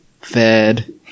fed